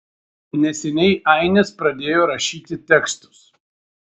neseniai ainis pradėjo rašyti tekstus